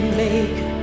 make